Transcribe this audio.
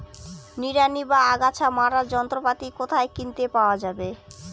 নিড়ানি বা আগাছা মারার যন্ত্রপাতি কোথায় কিনতে পাওয়া যাবে?